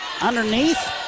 underneath